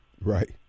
Right